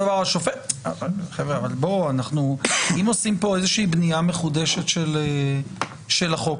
אם עושים כאן איזושהי בנייה מחודשת של החוק,